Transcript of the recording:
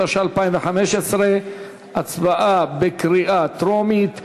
התשע"ה 2015, הצבעה בקריאה טרומית: